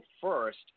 first